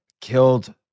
killed